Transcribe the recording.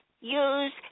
use